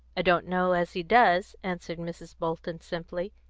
i don't know as he does, answered mrs. bolton simply.